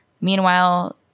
Meanwhile